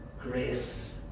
Grace